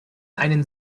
einen